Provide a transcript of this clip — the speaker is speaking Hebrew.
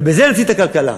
ובזה נציל את הכלכלה.